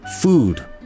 Food